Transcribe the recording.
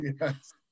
yes